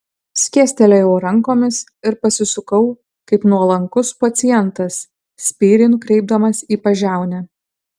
skėstelėjau rankomis ir pasisukau kaip nuolankus pacientas spyrį nukreipdamas į pažiaunę